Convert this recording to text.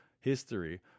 history